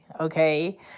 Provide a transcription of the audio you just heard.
okay